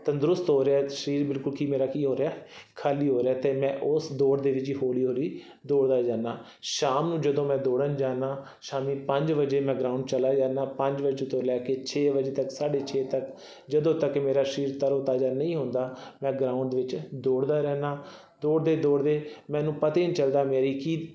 ਤੰਦਰੁਸਤ ਹੋ ਰਿਹਾ ਸਰੀਰ ਬਿਲਕੁਲ ਕੀ ਮੇਰਾ ਕੀ ਹੋ ਰਿਹਾ ਖਾਲੀ ਹੋ ਰਿਹਾ ਅਤੇ ਮੈਂ ਉਸ ਦੌੜ ਦੇ ਵਿੱਚ ਹੌਲੀ ਹੌਲੀ ਦੌੜਦਾ ਜਾਂਦਾ ਸ਼ਾਮ ਨੂੰ ਜਦੋਂ ਮੈਂ ਦੌੜਨ ਜਾਂਦਾ ਸ਼ਾਮ ਪੰਜ ਵਜੇ ਮੈਂ ਗਰਾਊਂਡ ਚਲਾ ਜਾਂਦਾ ਪੰਜ ਵਜੇ ਤੋਂ ਲੈ ਕੇ ਛੇ ਵਜੇ ਤੱਕ ਸਾਢੇ ਛੇ ਤੱਕ ਜਦੋਂ ਤੱਕ ਮੇਰਾ ਸਰੀਰ ਤਰੋਤਾਜ਼ਾ ਨਹੀਂ ਹੁੰਦਾ ਮੈਂ ਗਰਾਊਂਡ ਦੇ ਵਿੱਚ ਦੌੜਦਾ ਰਹਿੰਦਾ ਦੌੜਦੇ ਦੌੜਦੇ ਮੈਨੂੰ ਪਤਾ ਹੀ ਨਹੀਂ ਚੱਲਦਾ ਮੇਰੀ ਕੀ